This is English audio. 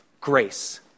Grace